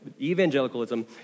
evangelicalism